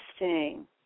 interesting